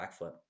backflip